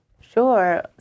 Sure